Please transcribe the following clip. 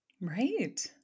Right